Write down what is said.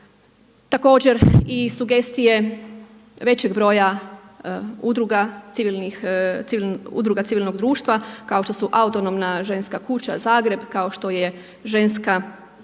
također i sugestije većeg broja udruga civilnog društva kao što su Autonomna ženska kuća Zagreb, kao što je Ženska